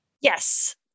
Yes